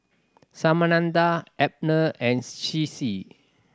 Samantha Abner and Ciji